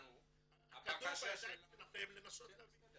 הכדור בידיים שלכם לנסות ולהביא.